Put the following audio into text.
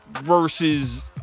versus